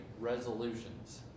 resolutions